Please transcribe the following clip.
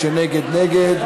מי שנגד, נגד.